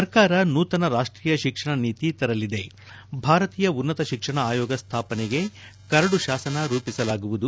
ಸರ್ಕಾರ ನೂತನ ರಾಷ್ಟೀಯ ಶಿಕ್ಷಣ ನೀತಿ ತರಲಿದೆ ಭಾರತೀಯ ಉನ್ನತ ಶಿಕ್ಷಣ ಆಯೋಗ ಸ್ಥಾಪನೆಗೆ ಕರದು ಶಾಸನ ರೂಪಿಸಲಾಗುವುದು